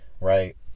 right